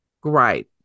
Great